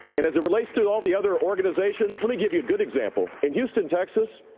and as it relates to all the other organizations, let me give you a good example. in houston, texas,